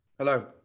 Hello